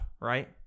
right